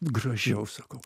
gražiau sakau